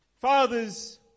fathers